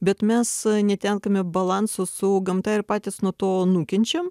bet mes netenkame balanso su gamta ir patys nuo to nukenčiam